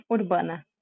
Urbana